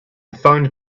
phoned